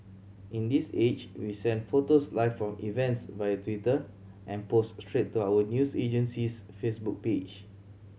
in this age we send photos live from events via Twitter and post straight to our news agency's Facebook page